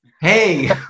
Hey